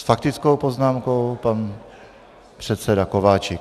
S faktickou poznámkou pan předseda Kováčik.